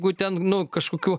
gu ten nu kažkokių